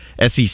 SEC